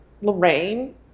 Lorraine